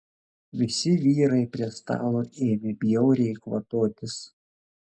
visi vyrai prie stalo ėmė bjauriai kvatotis